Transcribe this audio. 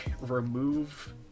remove